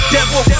Devil